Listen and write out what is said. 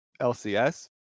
LCS